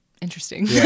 interesting